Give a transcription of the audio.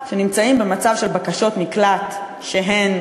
שנמצאים במצב של בקשות מקלט שהן